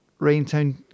Raintown